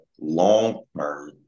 long-term